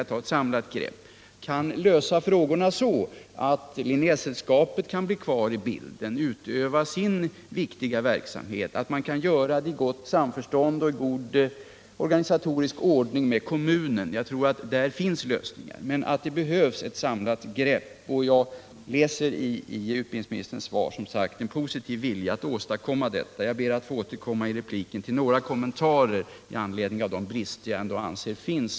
Jag tror att det är värdefullt om statsmakterna kan lösa frågan så, att Linnésällskapet blir kvar i bilden och kan utöva sin viktiga verksamhet i gott samförstånd med kommunen och i god ekonomiskorganisatorisk ordning. Jag tror alltså att det finns lösningar, men det behövs ett samlat grepp. Jag utläser alltså ur utbildningsministerns svar en positiv vilja att åstadkomma ett sådant. Jag ber att i en replik få återkomma till några av de brister som jag alltså anser finns.